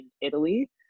Italy